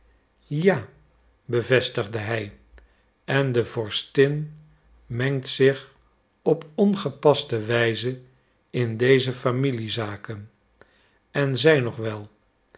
ja bevestigde hij en de vorstin mengt zich op ongepaste wijze in deze familiezaken en zij nog wel